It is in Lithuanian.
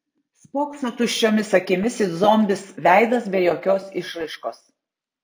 spokso tuščiomis akimis it zombis veidas be jokios išraiškos